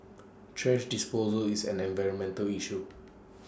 thrash disposal is an environmental issue